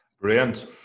Brilliant